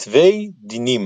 "צוויי דינים"